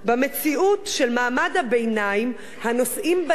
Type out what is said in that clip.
במציאות של מעמד הביניים, הנושאים בנטל,